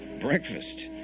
Breakfast